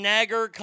Nagger